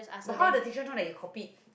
but how the teacher know that you copied